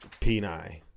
Peni